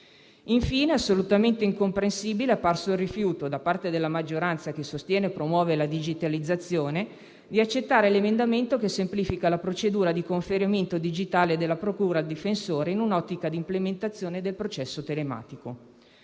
Infine, assolutamente incomprensibile è apparso il rifiuto, da parte della maggioranza che sostiene e promuove la digitalizzazione, di accettare l'emendamento che semplifica la procedura di conferimento digitale della procura al difensore, in un'ottica di implementazione del processo telematico.